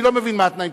אני לא מבין מה התנאים,